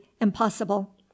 impossible